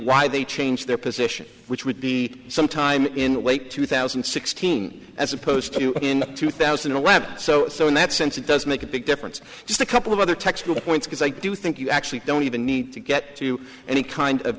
why they changed their position which would be sometime in late two thousand and sixteen as opposed to in two thousand and eleven so so in that sense it does make a big difference just a couple of other textual points because i do think you actually don't even need to get to any kind of